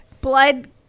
Blood